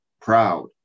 Proud